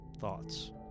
thoughts